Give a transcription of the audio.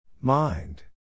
Mind